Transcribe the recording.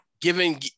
Given